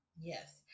Yes